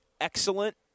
excellent